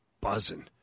buzzing